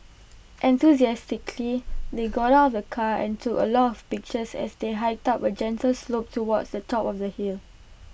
enthusiastically they got out of the car and took A lot of pictures as they hiked up A gentle slope towards the top of the hill